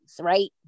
right